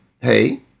hey